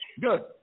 Good